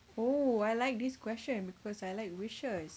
oh I like this question because I like wishes